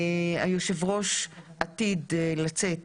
היושב ראש עתיד לצאת